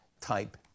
Type